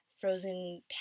frozen